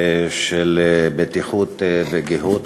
של בטיחות וגהות.